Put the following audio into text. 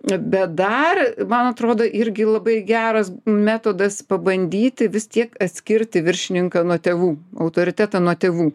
bat dar man atrodo irgi labai geras metodas pabandyti vis tiek atskirti viršininką nuo tėvų autoritetą nuo tėvų